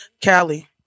Cali